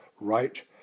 right